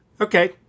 okay